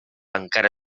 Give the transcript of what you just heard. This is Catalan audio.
encara